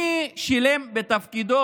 מי שילם בתפקידו,